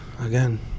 again